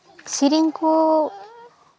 ᱥᱮᱨᱮᱧ ᱠᱚ